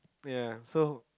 ya so